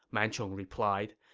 man chong replied.